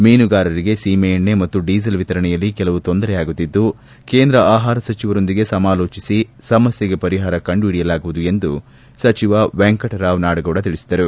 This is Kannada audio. ಮೀನುಗಾರರಿಗೆ ಸೀಮಎಡ್ಡೆ ಮತ್ತು ಡೀಸಲ್ ವಿತರಣೆಯಲ್ಲಿ ಕೆಲವು ತೊಂದರೆಯಾಗುತ್ತಿದ್ದು ಕೇಂದ್ರ ಆಹಾರ ಸಚಿವರೊಂದಿಗೆ ಸಮಾಲೋಚಿಸಿ ಸಮಸ್ಯೆಗೆ ಪರಿಹಾರ ಕಂಡು ಹಿಡಿಯಲಾಗುವುದು ಎಂದು ಸಚಿವ ವೆಂಕಟರಾವ್ ನಾಡಗೌಡ ತಿಳಿಸಿದರು